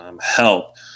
help